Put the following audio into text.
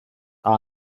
are